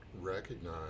recognize